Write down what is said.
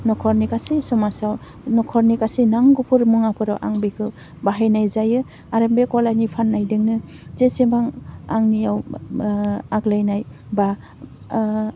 नखरनि गासै समाजाव नखरनि गासै नांगौफोर मुवाफोराव आं बेखौ बाहायनाय जायो आरो बे गलानि फाननायदोंनो जेसेबां आंनियाव मा आग्लायनाय बा